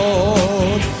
Lord